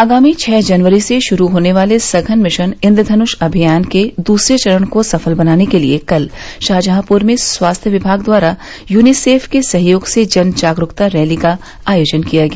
आगामी छ जनवरी से ग्रुरू होने वाले सघन मिशन इन्द्रबनुष अभियान के दूसरे चरण को सफल बनाने के लिए कल शाहजहांपुर में स्वास्थ्य विमाग द्वारा यूनिसेफ के सहयोग से जन जागरूकता रैली का आयोजन किया गया